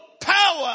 power